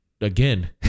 again